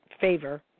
favor